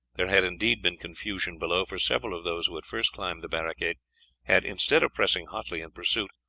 there had indeed been confusion below, for several of those who had first climbed the barricade had, instead of pressing hotly in pursuit,